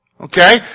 Okay